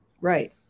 Right